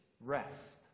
Rest